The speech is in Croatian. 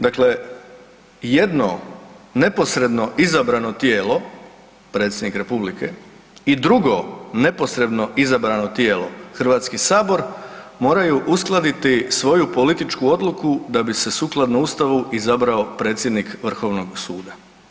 Dakle, jedno neposredno izabrano tijelo, predsjednik Republike i drugo neposredno izabrano tijelo Hrvatski Sabor, moraju uskladiti svoju političku odluku da bi se sukladno Ustavu izabrao predsjednik Vrhovnog suda.